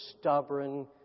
stubborn